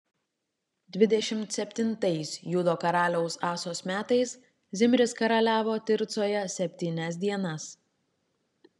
dvidešimt septintais judo karaliaus asos metais zimris karaliavo tircoje septynias dienas